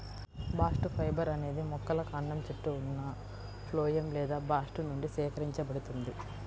bast fibre అనేది మొక్కల కాండం చుట్టూ ఉన్న ఫ్లోయమ్ లేదా బాస్ట్ నుండి సేకరించబడుతుంది